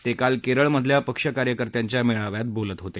ते काल केरळमधल्या पक्षकार्यकर्त्यांच्या मेळाव्यात बोलत होते